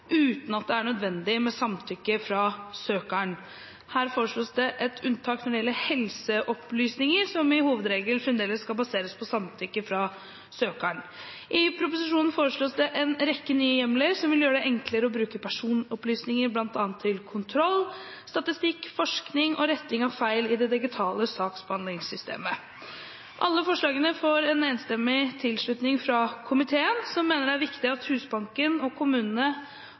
uten at det er nødvendig med samtykke fra søkeren. Her foreslås det et unntak når det gjelder helseopplysninger, som i hovedregel fremdeles skal baseres på samtykke fra søkeren. I proposisjonen foreslås det en rekke nye hjemler som vil gjøre det enklere å bruke personopplysninger, bl.a. til kontroll, statistikk og forskning og til retting av feil i det digitale saksbehandlingssystemet. Alle forslagene får enstemmig tilslutning fra komiteen, som mener det er viktig at Husbanken og kommunene